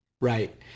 Right